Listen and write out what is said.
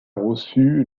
reçu